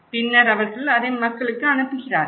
பின்னர் அவர்கள் அதை மக்களுக்கு அனுப்புகிறார்கள்